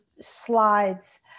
slides